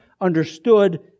understood